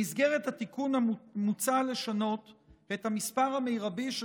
במסגרת התיקון מוצע לשנות את המספר המרבי של